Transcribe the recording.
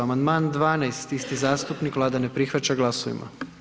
Amandman 12, isti zastupnik, Vlada ne prihvaća, glasujmo.